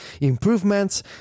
improvements